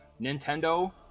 nintendo